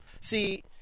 See